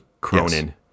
Cronin